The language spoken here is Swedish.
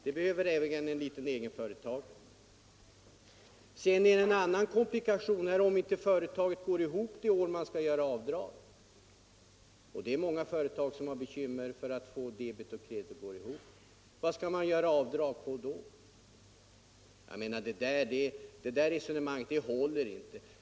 Det behöver ju även en liten egenföretagare göra. Sedan finns det också en annan komplikation: Om inte företaget går ihop det år då avdraget skall göras — och det är många företagare som har bekymmer för att få debet och kredit att gå ihop — vad skall man då göra avdrag på? Det där resonemanget håller inte.